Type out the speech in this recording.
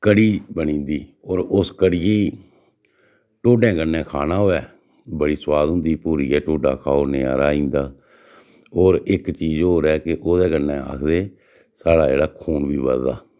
कड़ी बनी जंदी होर उस कड़ियै गी ढोडें कन्नै खाना होऐ बड़ी सुआद होंदी पोरियै ढोडा खाओ नजारा आई जंदा होर इक चीज होर ऐ कि ओह्दे कन्नै आखदे साढ़ा जेह्ड़ा खून बी बधदा